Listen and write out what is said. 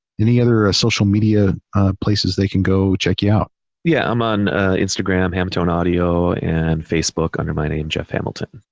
any other ah social media places they can go check you out? jeff yeah, i'm on instagram, hamtoneaudio and facebook under my name, jeff hamilton.